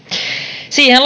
siihen